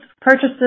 purchases